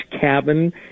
cabin